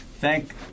thank